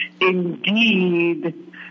indeed